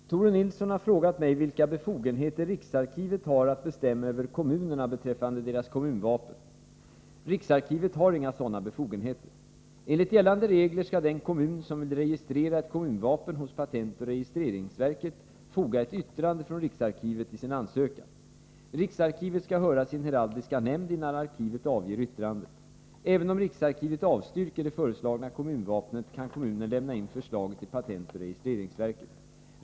Herr talman! Tore Nilsson har frågat mig vilka befogenheter riksarkivet har att bestämma över kommunerna beträffande deras kommunvapen. Riksarkivet har inga sådana befogenheter. Enligt gällande regler skall den kommun som vill registrera ett kommunvapen hos patentoch registreringsverket foga ett yttrande från riksarkivet till sin ansökan. Riksarkivet skall höra sin heraldiska nämnd innan arkivet avger yttrandet. Även om riksarkivet avstyrker det föreslagna kommunvapnet kan kommunen lämna in förslaget till patentoch registreringsverket.